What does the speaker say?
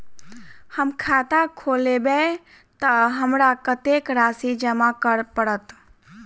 हम खाता खोलेबै तऽ हमरा कत्तेक राशि जमा करऽ पड़त?